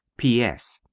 p s.